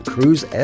Cruise